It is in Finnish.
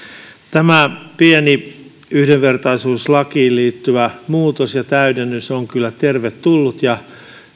tämä pieni yhdenvertaisuuslakiin liittyvä muutos ja täydennys on kyllä tervetullut ja